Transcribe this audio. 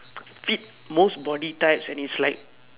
fit most body types and its like